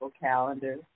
calendar